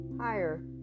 higher